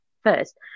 first